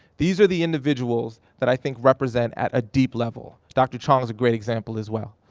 these are the individuals that i think represent at a deep level. dr. chong is a great example as well.